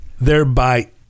thereby